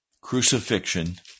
Crucifixion